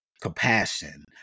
compassion